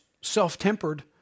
self-tempered